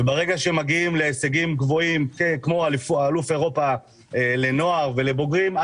ברגע שמגיעים להישגים גבוהים כמו אליפות אירופה לנועה ולבוגרים,